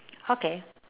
okay